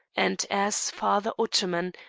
and as father ottoman,